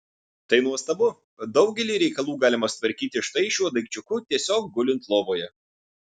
tai nuostabu daugelį reikalų galima sutvarkyti štai šiuo daikčiuku tiesiog gulint lovoje